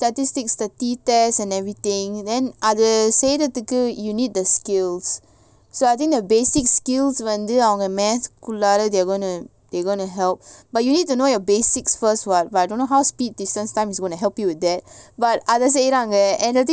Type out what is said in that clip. ya ya ya statistics the T test and everything then அதுசெய்றதுக்கு:adhu seirathuku you need the skills so I think the basic skills வந்து:vandhu math kullala they are gonna they gonna help but you need to know your basics first [what] but I don't know how speed distance time is going to help you with that but அதசெய்றாங்க:adha seiranga and the thing is that